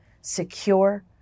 secure